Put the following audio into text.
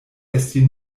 esti